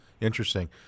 interesting